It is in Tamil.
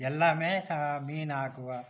எல்லாமே மீன் ஆக்குவோம்